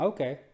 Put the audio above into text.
Okay